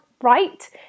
right